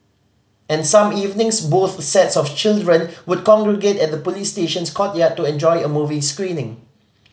and some evenings both sets of children would congregate at the police station's courtyard to enjoy a movie screening